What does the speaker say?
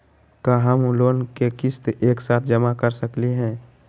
का हम लोन के किस्त एक साथ जमा कर सकली हे?